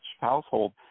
household